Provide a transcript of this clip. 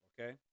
okay